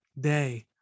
day